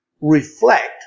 reflect